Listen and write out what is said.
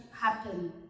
happen